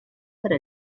para